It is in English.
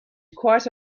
quite